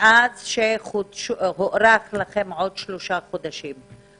מאז שהוארך לכם בעוד שלושה חודשים,